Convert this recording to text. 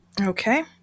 Okay